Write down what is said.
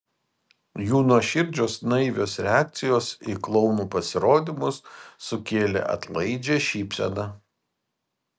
jų nuoširdžios naivios reakcijos į klounų pasirodymus sukėlė atlaidžią šypseną